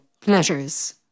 Pleasures